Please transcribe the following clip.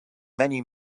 many